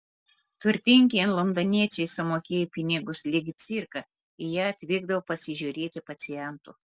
turtingi londoniečiai sumokėję pinigus lyg į cirką į ją atvykdavo pasižiūrėti pacientų